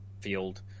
field